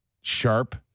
sharp